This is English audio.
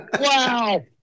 Wow